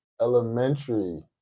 Elementary